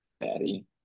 Daddy